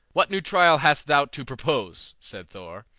what new trial hast thou to propose? said thor.